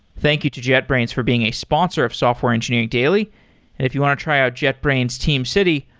thank you to jetbrains for being a sponsor of software engineering daily. and if you want to try out jetbrains teamcity,